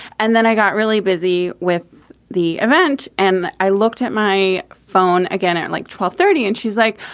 and then i got really busy with the event. and i looked at my phone again at and like twelve thirty. and she's like,